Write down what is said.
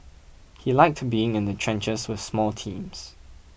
he liked being in the trenches with small teams